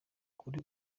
kuri